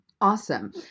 Awesome